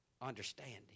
understanding